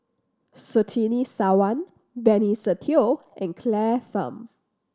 Surtini Sarwan Benny Se Teo and Claire Tham